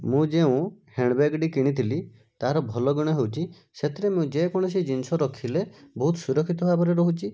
ମୁଁ ଯେଉଁ ହେଣ୍ଡବେଗ୍ ଟି କିଣିଥିଲି ତା'ର ଭଲ ଗୁଣ ହେଉଛି ସେଥିରେ ମୁଁ ଯେକୌଣସି ଜିନିଷ ରଖିଲେ ବହୁତ ସୁରକ୍ଷିତ ଭାବରେ ରହୁଛି